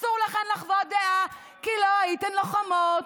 אסור לכן לחוות דעה כי לא הייתן לוחמות.